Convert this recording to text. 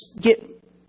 get